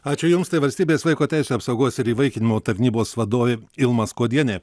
ačiū jums tai valstybės vaiko teisių apsaugos ir įvaikinimo tarnybos vadovė ilma skuodienė